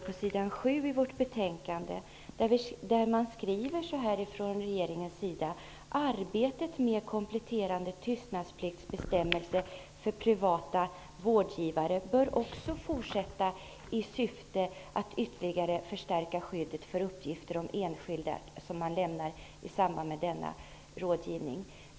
På s. 7 i vårt betänkande redovisas vad regeringen skriver i sin proposition, nämligen: ''Arbetet med kompletterande tystnadspliktsbestämmelser för privata vårdgivare bör dock fortsätta i syfte att ytterligare förstärka skyddet för uppgifter som enskilda lämnar i samband med rådgivningen.